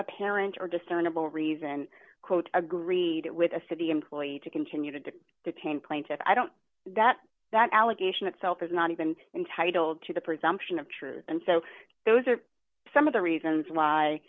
apparent or discernible reason quote agreed with a city employee to continue to do detain plaintiffs i don't that that allegation itself is not even entitled to the presumption of truth and so those are some of the reasons why